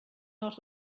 not